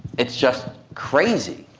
it's just crazy.